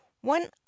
one